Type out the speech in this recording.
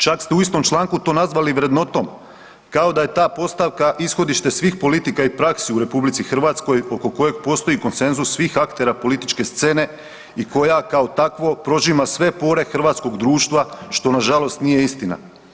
Čak ste u istom članku to nazvali vrednotom kao da je ta postavka ishodište svih politika i praksi u RH oko kojeg postoji konsenzus svih aktera političke scene i koja kao takvo prožima sve pore hrvatskog društva što nažalost nije istina.